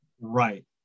Right